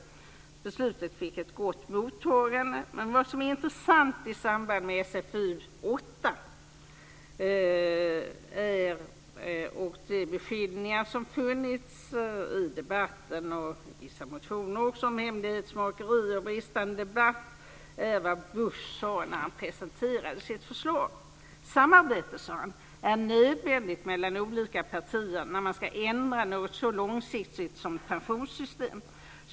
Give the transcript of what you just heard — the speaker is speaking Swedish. Förslaget fick ett gott mottagande. Men vad som är intressant i samband med SfU8 och de beskyllningar som funnits i debatten, och även i vissa motioner, om hemlighetsmakeri och bristande debatt är vad Bush sade när han presenterade sitt förslag. Han sade: Samarbete är nödvändigt mellan olika partier när man ska ändra något så långsiktigt som ett pensionssystem.